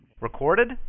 Recorded